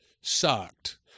sucked